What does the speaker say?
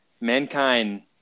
mankind